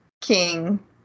king